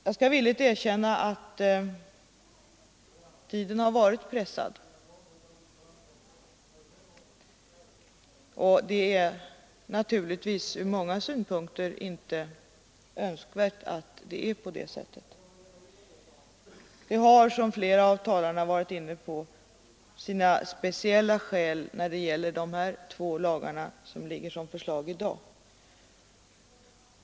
Jag skall villigt erkänna att vi haft en tidspress, och det är naturligtvis ur många synpunkter inte Önskvärt att det är på det sättet. Tidspressen har, som flera av talarna varit inne på, sina speciella skäl när det gäller dagens två lagförslag.